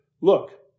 look